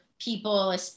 people